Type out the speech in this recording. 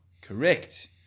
Correct